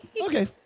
Okay